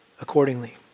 accordingly